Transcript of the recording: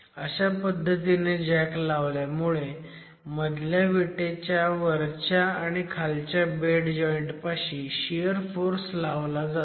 अशा पद्धतीने जॅक लावल्यामुळे मधल्या विटेच्या वरच्या आणि खालच्या बेड जॉईंट पाशी शियर फोर्स लावला जातो